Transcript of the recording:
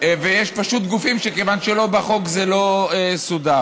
ויש פשוט גופים שכיוון שהם לא בחוק, זה לא סודר.